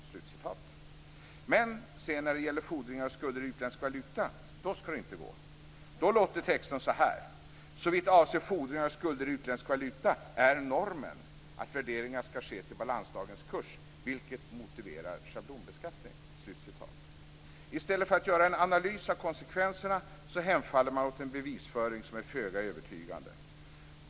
Men när det sedan gäller fordringar och skulder i utländsk valuta skall det inte gå. Då ser texten ut så här: "Såvitt avser fordringar och skulder i utländsk valuta är normen att värdering skall ske till balansdagens kurs, vilket motiverar schablonbeskattning." I stället för att göra en analys av konsekvenserna hemfaller man åt en bevisföring som är föga övertygande.